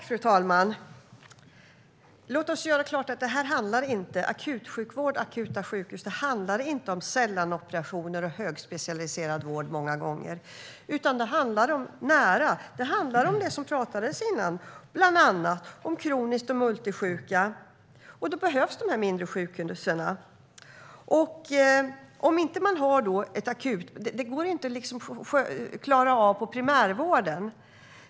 Fru talman! Låt oss göra klart att detta inte handlar om akutsjukvård eller akutsjukhus. Det handlar många gånger inte heller om sällanoperationer och högspecialiserad vård, utan det handlar om det nära, till exempel de kroniskt sjuka och de multisjuka. Då behövs de mindre sjukhusen. Detta kan man inte klara av inom primärvården.